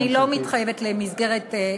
אני לא מתחייבת למסגרת זמנים.